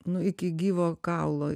nu iki gyvo kaulo